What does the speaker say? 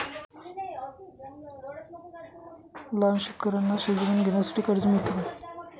लहान शेतकऱ्यांना शेतजमीन घेण्यासाठी कर्ज मिळतो का?